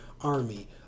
army